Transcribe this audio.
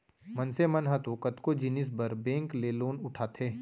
मनसे मन ह तो कतको जिनिस बर बेंक ले लोन उठाथे